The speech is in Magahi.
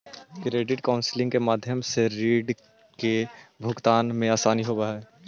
क्रेडिट काउंसलिंग के माध्यम से रीड के भुगतान में असानी होवऽ हई